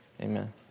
Amen